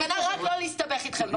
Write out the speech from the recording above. המסקנה היא רק לא להסתבך איתכם בפרקליטות.